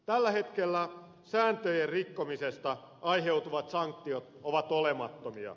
tällä hetkellä sääntöjen rikkomisesta aiheutuvat sanktiot ovat olemattomia